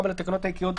6א לתקנות העיקריות,